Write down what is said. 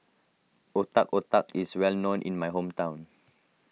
Otak Otak is well known in my hometown